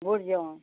गोड जेवण